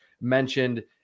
mentioned